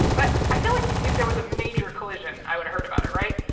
but i feel like if there was a major collision, i would've heard about it, right?